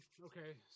okay